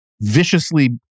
viciously